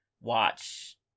watch